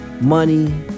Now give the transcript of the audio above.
money